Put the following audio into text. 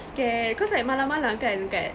scare cause like malam malam kan dekat